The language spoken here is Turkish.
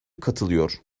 katılıyor